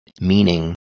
meaning